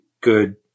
good